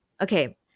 Okay